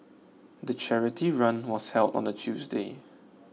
the charity run was held on a Tuesday